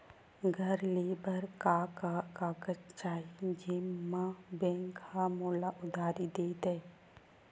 घर ले बर का का कागज चाही जेम मा बैंक हा मोला उधारी दे दय?